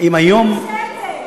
מי עושה את זה?